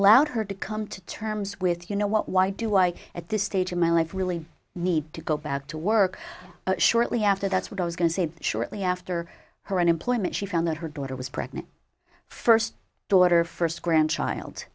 allowed her to come to terms with you know what why do i at this stage of my life really need to go back to work shortly after that's what i was going to say shortly after her employment she found out her daughter was pregnant first daughter first grandchild